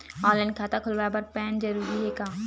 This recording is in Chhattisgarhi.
ऑनलाइन खाता खुलवाय बर पैन जरूरी हे का?